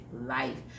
life